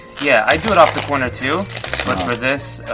yeah, i do it off the corner too, but for this,